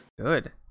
Good